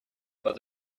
but